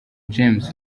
james